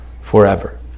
forever